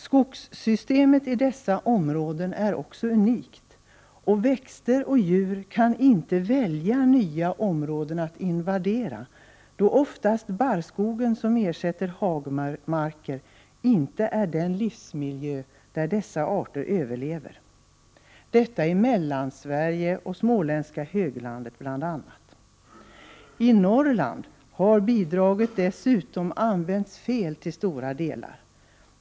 Skogssystemet i dessa områden är också unikt, och djur och växter kan inte välja nya områden att invadera, då oftast barrskogen som ersätter hagmarken inte är en livsmiljö där dessa arter överlever. Detta gäller Mellansverige och småländska höglandet bl.a. I Norrland har bidraget dessutom till stora delar använts fel.